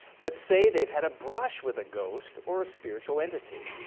but say they've had a brush with a ghost or a spiritual entity.